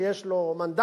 שיש לו מנדטים,